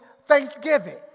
thanksgiving